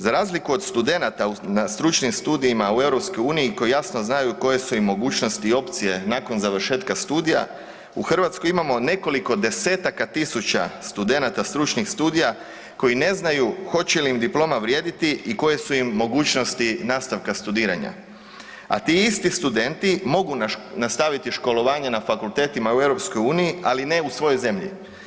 Za razliku od studenata na stručnim studijima u EU koji jasno znaju koje su im mogućnosti i opcije nakon završetka studija, u Hrvatskoj imamo nekoliko desetaka tisuća studenata stručnih studija koji ne znaju hoće li im diploma vrijediti i koje su im mogućnosti nastavka studiranja, a ti isti studenti mogu nastaviti školovanje na fakultetima u EU, ali ne u svojoj zemlji.